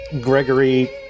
Gregory